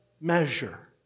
measure